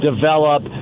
develop